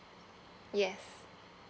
yes